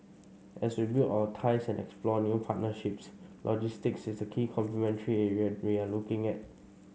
as we build our ties and explore new partnerships logistics is a key complementary area we are looking at